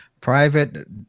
Private